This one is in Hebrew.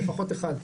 לפחות אחד,